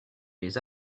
les